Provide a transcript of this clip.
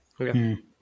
okay